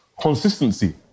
consistency